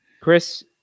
Chris